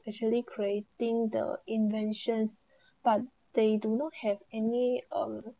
actually creating the inventions but they do not have any um